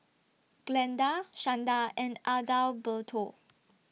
Glenda Shanda and Adalberto